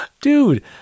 dude